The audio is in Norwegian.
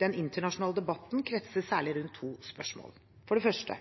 Den internasjonale debatten kretser særlig rundt to spørsmål. For det første: